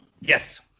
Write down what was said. Yes